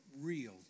real